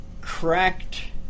cracked